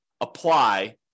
apply